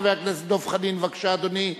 חבר הכנסת דב חנין, בבקשה, אדוני.